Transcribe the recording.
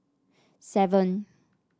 seven